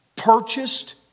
purchased